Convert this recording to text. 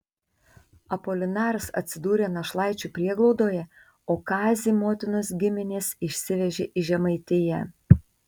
apolinaras atsidūrė našlaičių prieglaudoje o kazį motinos giminės išsivežė į žemaitiją